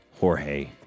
Jorge